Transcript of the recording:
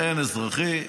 -- הן אזרחי,